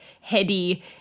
heady